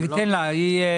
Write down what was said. תן לה.